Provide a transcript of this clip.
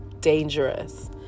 dangerous